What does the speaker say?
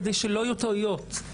כדי שלא יהיו טעויות.